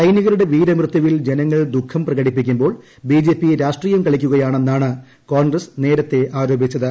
സൈനികരുടെ വീരമൃത്യുവിൽ ജനങ്ങൾ ദുഖം പ്രകടിപ്പിക്കുമ്പോൾ ബിജെപി രാഷ്ട്രീയം കളിക്കുകയാണെന്നാണ് കോൺഗ്രസ് നേരത്തെ ആരോപിച്ചത്